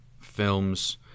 films